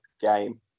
game